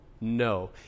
No